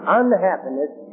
unhappiness